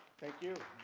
thank you.